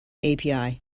api